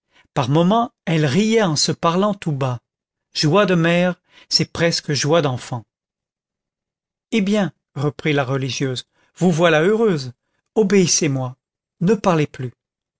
par moments elle riait en se parlant tout bas joie de mère c'est presque joie d'enfant eh bien reprit la religieuse vous voilà heureuse obéissez-moi ne parlez plus